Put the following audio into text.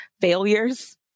failures